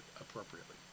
appropriately